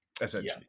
essentially